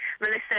Melissa